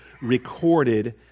recorded